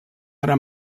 ara